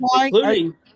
Including